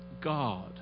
God